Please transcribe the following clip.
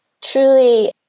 truly